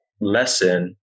lesson